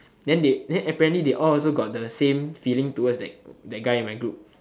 then they then apparently they all also got the same feeling towards that that guy in my group